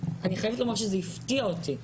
אני חייבת לומר שזה הפתיע אותי.